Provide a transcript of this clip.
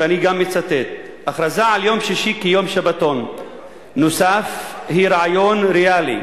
ואני גם מצטט: הכרזה על יום שישי כיום שבתון נוסף היא רעיון ריאלי.